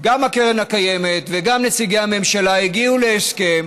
גם הקרן הקיימת וגם נציגי הממשלה הגיעו להסכם